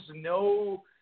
no